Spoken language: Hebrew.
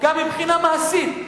גם מבחינה מעשית.